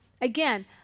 again